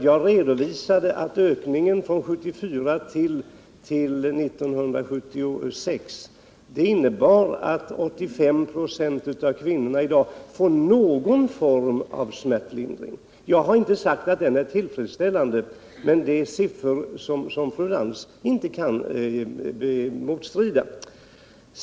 Jag redovisade att ökningen från 1974 till 1976 innebar att 85 26 av kvinnorna i dag får någon form av smärtlindring. Jag har inte sagt att den är tillfredsställande, men detta är siffror som fru Lantz inte kan bestrida.